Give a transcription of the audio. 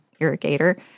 irrigator